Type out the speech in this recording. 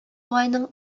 агайның